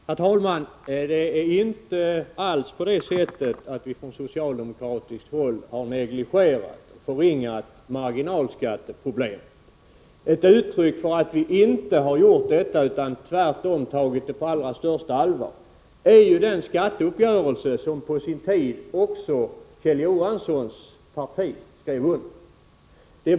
Herr talman! Det är inte alls så att vi från socialdemokratiskt håll har förringat marginalskatteproblemet. Ett uttryck för att vi inte gjort det utan tvärtom tagit det på allra största allvar är ju den skatteuppgörelse som på sin tid också Kjell Johanssons parti skrev under.